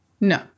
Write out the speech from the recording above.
No